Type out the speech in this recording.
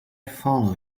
follow